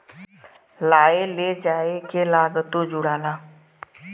लाए ले जाए के लागतो जुड़ाला